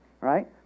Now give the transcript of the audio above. Right